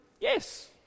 yes